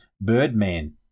birdman